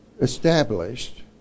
established